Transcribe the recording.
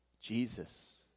Jesus